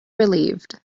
relieved